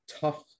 tough